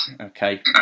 okay